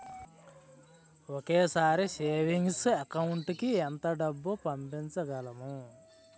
ఒకేసారి savings account కి ఎంత డబ్బు పంపించగలము?